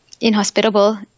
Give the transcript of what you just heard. inhospitable